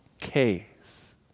case